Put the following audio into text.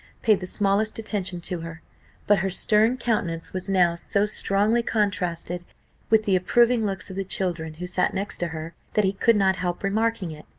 paid the smallest attention to her but her stern countenance was now so strongly contrasted with the approving looks of the children who sat next to her, that he could not help remarking it.